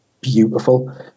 beautiful